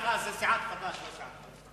רק לידיעתך, זה סיעת חד"ש ולא בל"ד.